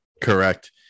Correct